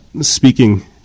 speaking